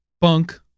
Bunk